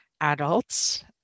adults